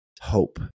hope